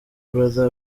brother